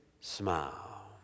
smile